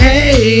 Hey